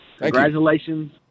Congratulations